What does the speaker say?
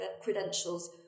credentials